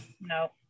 No